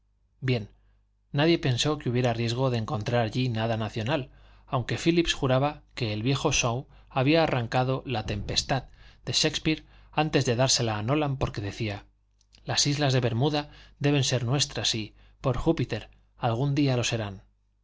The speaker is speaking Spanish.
bien nadie pensó que hubiera riesgo de encontrar allí nada nacional aunque phillips juraba que el viejo shaw había arrancado la tempestad de shákespeare antes de dársela a nolan porque decía las islas de bermuda deben ser nuestras y por júpiter algún día lo serán